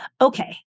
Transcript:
Okay